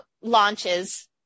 launches